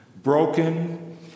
broken